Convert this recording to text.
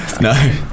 no